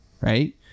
right